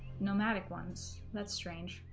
nomadic ones that's strange